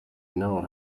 know